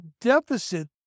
deficit